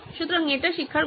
সুতরাং এটি শিক্ষার গতি